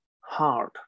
hard